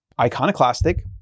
Iconoclastic